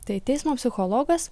tai teismo psichologas